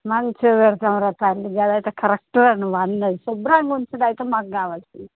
మంచిగ పెడతాంరా తల్లి గదయితే కరెక్టుగా నువ్వు అన్నది శుభ్రంగా ఉంచుడు అయితే మాకు కావాల్సింది